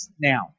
now